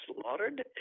slaughtered